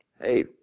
Hey